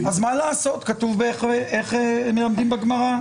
אז מה לעשות, איך כתוב בגמרא?